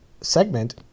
segment